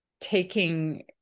taking